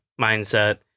mindset